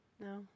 No